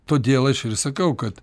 todėl aš ir sakau kad